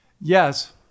yes